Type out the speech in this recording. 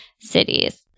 cities